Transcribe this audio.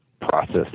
process